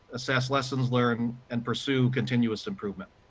assess lessons learned, and pursue continuous improvement.